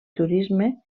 turisme